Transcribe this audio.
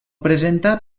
presenta